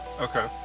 Okay